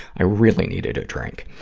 i really needed a drink.